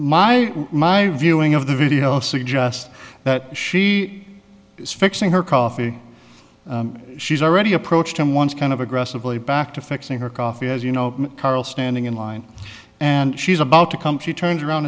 my my viewing of the video suggests that she is fixing her coffee she's already approached him once kind of aggressively back to fixing her coffee as you know carol standing in line and she's about to come she turns around